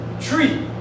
tree